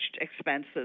expenses